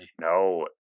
no